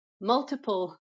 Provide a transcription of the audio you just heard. multiple